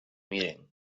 meeting